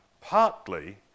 partly